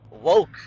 woke